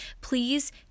Please